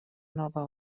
nova